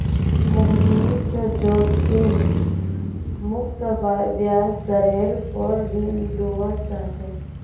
मोहनीश जोखिम मुक्त ब्याज दरेर पोर ऋण लुआ चाह्चे